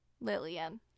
Lillian